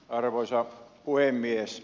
arvoisa puhemies